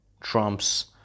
trumps